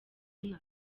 inka